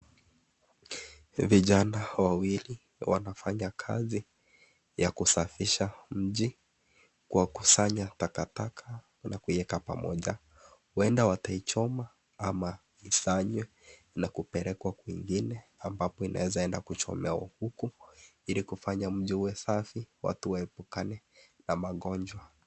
Vijana wawili wanafanya kazi ya kusafisha mji kwa kusanya takataka na kuiweka pamoja. Huenda wataichoma ama isanywe na kupelekwa kwingine ambapo inaweza kwenda kuchomeka huko, ili kufanya mji iwe safi. Watu waepukane na magonjwa.